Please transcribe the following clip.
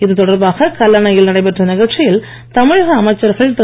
இதுதொடர்பாக கல்லணையில் நடைபெற்ற நிகழ்ச்சியில் தமிழக அமைச்சர்கள் திரு